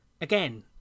again